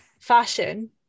fashion